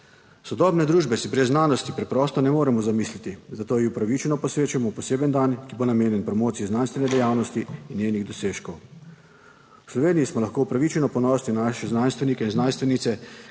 Sodobne družbe si brez znanosti preprosto ne moremo zamisliti, zato ji upravičeno posvečamo poseben dan, ki bo namenjen promociji znanstvene dejavnosti in njenih dosežkov. V Sloveniji smo lahko upravičeno ponosni na naše znanstvenike in znanstvenice,